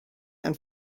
and